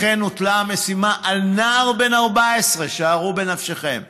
לכן הוטלה המשימה על נער בן 14, שערו בנפשכם,